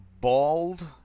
Bald